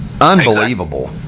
Unbelievable